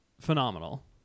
phenomenal